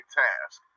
task